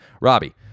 Robbie